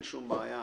אין שום בעיה.